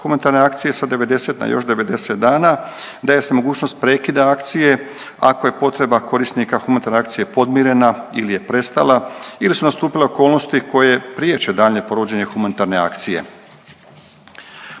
humanitarne akcije sa 90 na još 90 dana, daje se mogućnost prekida akcije ako je potreba korisnika humanitarne akcije podmirena ili je prestala ili su nastupile okolnosti koje priječe daljnje provođenje humanitarne akcije.